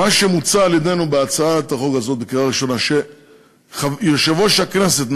מוצע על-ידינו בהצעת החוק הזו המובאת לקריאה ראשונה שיושב-ראש הכנסת,